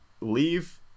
leave